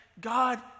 God